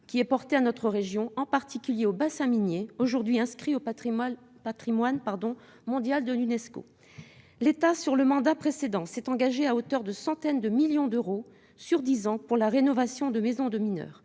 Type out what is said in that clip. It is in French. rude porté à notre région, en particulier au bassin minier, aujourd'hui inscrit au patrimoine mondial de l'Unesco. L'État, au cours du mandat précédent, s'est engagé à hauteur de centaines de millions d'euros sur dix ans pour la rénovation de maisons de mineurs.